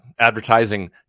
advertising